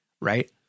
right